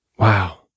Wow